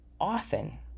often